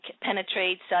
penetrates